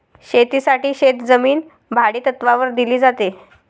शेतीसाठी शेतजमीन भाडेतत्त्वावर दिली जाते